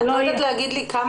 את יכולה להגיד לי כמה